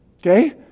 okay